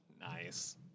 Nice